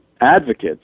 advocates